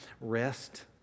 rest